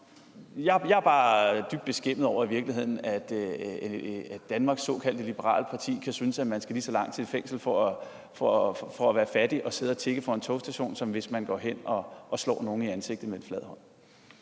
bare dybt beskæmmet over, at Danmarks såkaldte liberale parti kan synes, at man skal lige så lang tid i fængsel for at være fattig og sidde og tigge foran en togstation, som man skal, hvis man går hen og slår nogen i ansigtet med en flad hånd.